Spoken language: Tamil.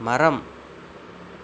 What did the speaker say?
மரம்